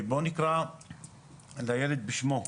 בוא נקרא לילד בשמו,